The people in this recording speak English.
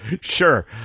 Sure